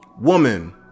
woman